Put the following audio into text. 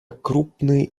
крупные